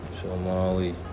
Somali